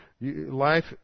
life